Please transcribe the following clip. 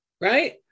Right